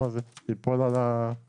אתמול הבנו